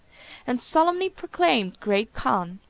and solemnly proclaimed great khan,